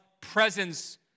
presence